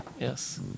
Yes